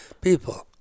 people